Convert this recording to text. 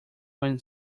when